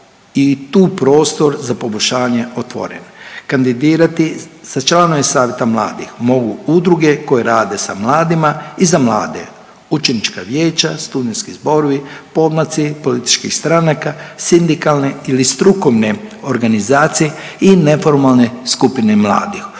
i tu prostor za poboljšanje otvoren. Kandidirati za članove savjeta mladih mogu udruge koje rade sa mladima i za mlade. Učenička vijeća, studentski zborovi, podmlaci političkih stranaka, sindikalne ili strukovne organizacije i neformalne skupine mladih.